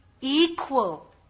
equal